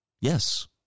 Yes